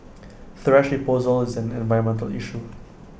thrash disposal is an environmental issue